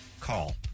call